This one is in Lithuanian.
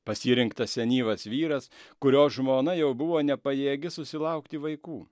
pasirinktas senyvas vyras kurio žmona jau buvo nepajėgi susilaukti vaikų